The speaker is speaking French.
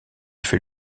fait